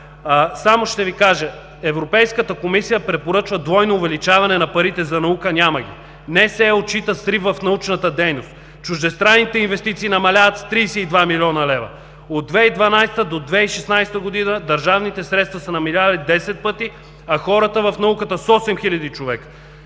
Само ще Ви кажа: Европейската комисия препоръчва двойно увеличаване на парите за наука. Няма ги. НСИ отчита срив в научната дейност. Чуждестранните инвестиции намаляват с 32 млн. лв. От 2012 г. до 2016 г. държавните средства са намалели десет пъти, а хората в науката – с 8 хиляди човека.